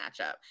matchup